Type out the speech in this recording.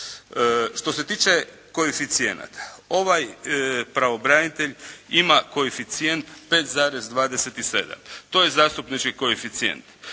Što se tiče koeficijenata ovaj pravobranitelj ima koeficijent 5,27. To je zastupnički koeficijent.